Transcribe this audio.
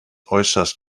äußerst